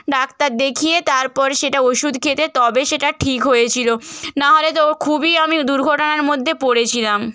doctor দেখিয়ে তারপর সেটা ওষুধ খেতে তবে সেটা ঠিক হয়েছিলো না হলে তো খুবই আমি দুর্ঘটনার মধ্যে পড়েছিলাম